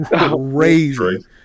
Crazy